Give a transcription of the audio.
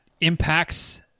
impacts